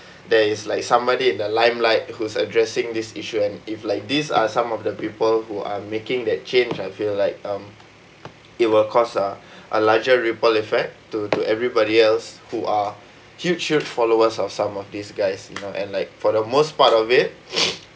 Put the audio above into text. there is like somebody in the limelight who's addressing this issue and if like these are some of the people who are making that change I feel like um it will cost uh a larger ripple effect to to everybody else who are huge huge followers of some of these guys you know and like for the most part of it